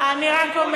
לא, אני חייב להבין.